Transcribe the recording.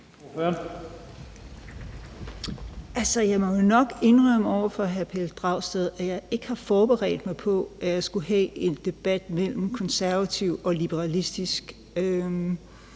Jeg må jo nok indrømme over for hr. Pelle Dragsted, at jeg ikke har forberedt mig på at skulle have en debat om konservativt og liberalistisk